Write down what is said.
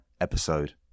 episode